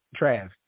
Trav